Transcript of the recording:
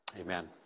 Amen